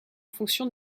fonction